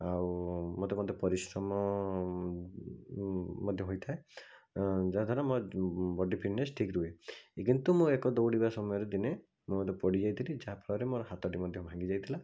ଆଉ ମୋତେ ପରିଶ୍ରମ ମଧ୍ୟ ହୋଇଥାଏ ଯାହାଦ୍ଵାରା ମୋ ବଡ଼ି ଫିଟନେସ୍ ଠିକ୍ ରୁହେ କିନ୍ତୁ ମୁଁ ଏକ ଦୌଡ଼ିବା ସମୟରେ ଦିନେ ମୁଁ ବଧେ ପଡ଼ିଯାଇଥିଲି ଯାହା ଫଳରେ ମୋର ହାତଟି ମଧ୍ୟ ଭାଙ୍ଗି ଯାଇଥିଲା